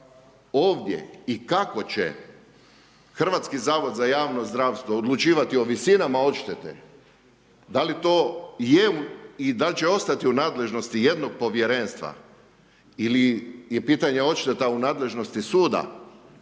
Ovdje i kako će Hrvatski zavod za javno zdravstvo odlučivati o visinama odštete, da li to je i dal će ostati u nadležnosti jednog Povjerenstva ili je pitanje odšteta u nadležnosti suda